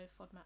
FODMAP